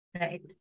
Right